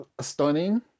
stunning